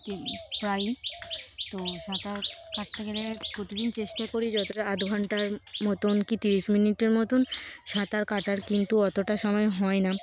প্রায়ই তো সাঁতার কাটতে গেলে প্রতিদিন চেষ্টা করি যতটা আধ ঘন্টার মতন কি তিরিশ মিনিটের মতন সাঁতার কাটার কিন্তু অতটা সময় হয় না